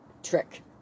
Trick